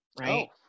right